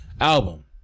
album